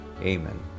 Amen